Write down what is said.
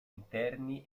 interni